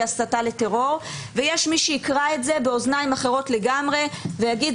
הסתה לטרור ויש מי שיקרא את זה באוזניים אחרות לגמרי ויגיד,